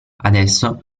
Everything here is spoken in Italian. adesso